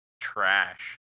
trash